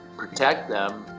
protect them,